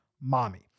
Mommy